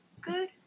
Good